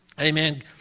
Amen